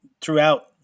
throughout